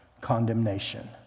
condemnation